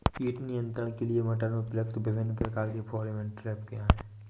कीट नियंत्रण के लिए मटर में प्रयुक्त विभिन्न प्रकार के फेरोमोन ट्रैप क्या है?